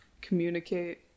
Communicate